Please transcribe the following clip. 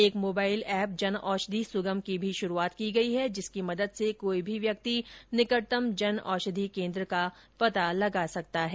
एक mobile app Janaushadhi Sugam की भी शुरूआत की गई जिसकी मदद से कोई भी व्यक्ति निकटतम जनऔषधि केंद्र का पता लगा सकता है